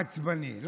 עצבני?